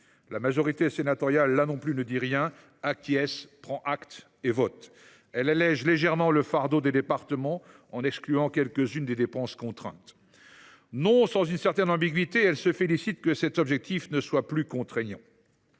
La majorité sénatoriale, là non plus, ne dit rien, acquiesce, prend acte et vote. Elle allège légèrement le fardeau des départements en excluant quelques unes des dépenses contraintes. Non sans une certaine ambiguïté, elle se félicite que cet objectif ne soit plus contraignant.